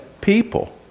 people